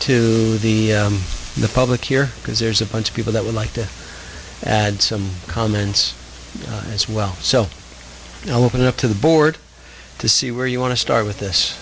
to the public here because there's a bunch of people that would like to add some comments as well so i open up to the board to see where you want to start with this